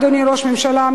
אדוני ראש הממשלה,